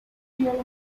during